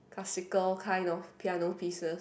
classical kind of piano pieces